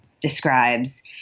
describes